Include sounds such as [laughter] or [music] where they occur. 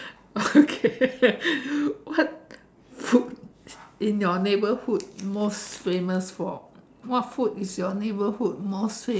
okay [laughs] what food in your neighborhood most famous for what food is your neighborhood most